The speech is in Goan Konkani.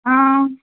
आ